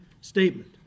statement